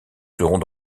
serons